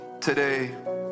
today